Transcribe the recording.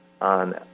on